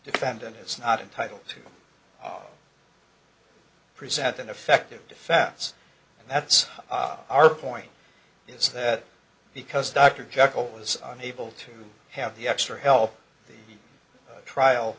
defendant is not entitled to present an effective defense and that's our point is that because dr jekyll was unable to have the extra help the trial